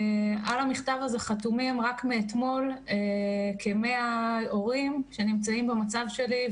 על המכתב הזה חתומים רק מאתמול כ-100 הורים שנמצאים במצב שלי,